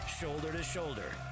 shoulder-to-shoulder